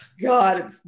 god